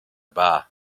bar